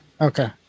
Okay